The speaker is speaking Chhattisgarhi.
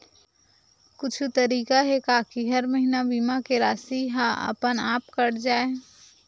कुछु तरीका हे का कि हर महीना बीमा के राशि हा अपन आप कत जाय?